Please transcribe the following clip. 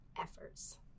efforts